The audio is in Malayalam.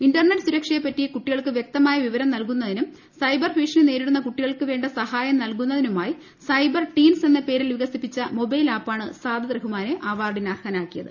ഇന്റർനെറ്റ് സുരക്ഷയെപ്പറ്റി കുട്ടികൾക്ക് വ്യക്തമായ വിവരം നൽകുന്നതിനും സൈബർ ഭീഷണി നേരിടുന്ന കുട്ടികൾക്ക് വേണ്ട സഹായം നൽകുന്നതിനുമായിസൈബർ ടീൻസ് എന്ന പേരിൽ വികസിപ്പിച്ച മൊബൈൽ ആപ്പാണ്സാദത് റഹ്മാനെ അവാർഡിന് അർഹനാക്കിയത്